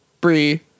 Brie